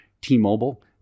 T-Mobile